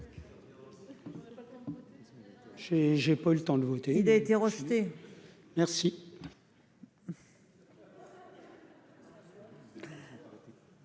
Merci,